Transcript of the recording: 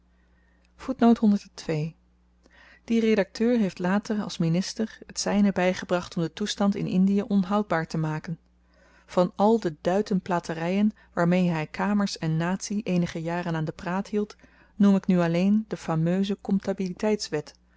die redakteur heeft later als minister t zyne bygebracht om den toestand in indiën onhoudbaar te maken van al de duitenplateryen waarmee hy kamers en natie eenige jaren aan de praat hield noem ik nu alleen de fameuze